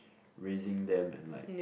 raising them and like